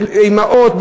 של אימהות,